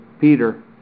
Peter